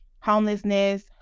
homelessness